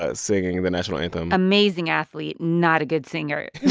ah singing the national anthem amazing athlete, not a good singer it